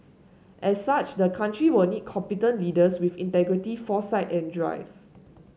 as such the country will need competent leaders with integrity foresight and drive